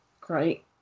great